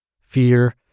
Fear